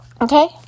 okay